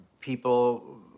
people